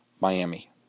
Miami